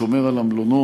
שומר על המלונות,